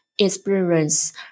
experience